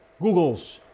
Google's